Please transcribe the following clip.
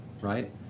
right